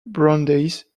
brandeis